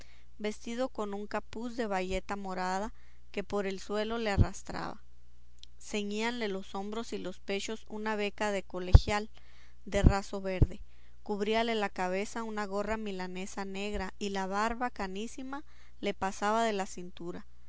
vestido con un capuz de bayeta morada que por el suelo le arrastraba ceñíale los hombros y los pechos una beca de colegial de raso verde cubríale la cabeza una gorra milanesa negra y la barba canísima le pasaba de la cintura